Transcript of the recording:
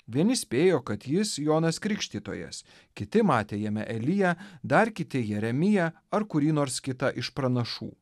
vieni spėjo kad jis jonas krikštytojas kiti matė jame eliją dar kiti jeremiją ar kurį nors kitą iš pranašų